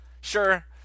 Sure